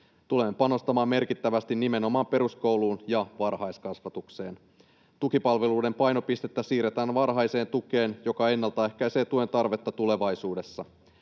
tulee panostamaan merkittävästi nimenomaan peruskouluun ja varhaiskasvatukseen. Tukipalveluiden painopistettä siirretään varhaiseen tukeen, joka ennaltaehkäisee tuen tarvetta tulevaisuudessa.